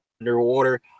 underwater